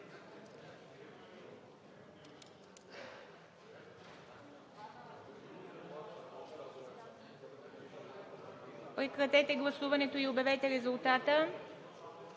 прекратете гласуването и обявете резултата.